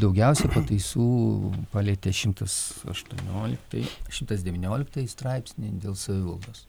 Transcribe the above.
daugiausiai pataisų palietė šimtas aštuonioliktąjį šimtas devynioliktąjį straipsnį dėl savivaldos